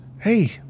Hey